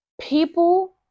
People